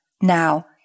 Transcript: Now